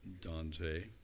Dante